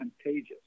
contagious